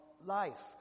life